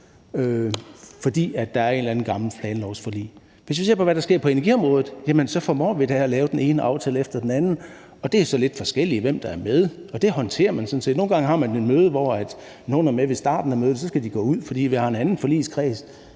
fordi der er et eller andet gammelt planlovsforlig. Hvis vi ser på, hvad der sker på energiområdet, formår vi da at lave den ene aftale efter den anden, og det er så lidt forskelligt, hvem der er med, og det håndterer man sådan set. Nogle gange har man et møde, hvor nogle er med ved starten af mødet, og de så skal gå ud, fordi vi har en anden forligskreds,